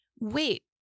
Wait